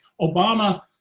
Obama